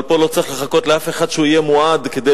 אבל פה לא צריך לחכות לאף אחד שיהיה מועד כדי